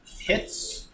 hits